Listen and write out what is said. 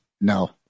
No